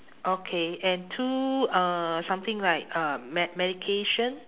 okay and two uh something like um med~ medication